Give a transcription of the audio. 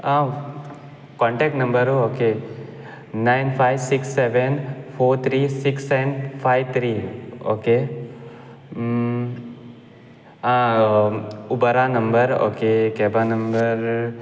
आं कॉनटेक्ट नंबरू okay nine five six seven four three six seven five three okay आं उबरा number okay कॅबा नंबर